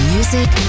Music